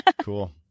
cool